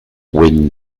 win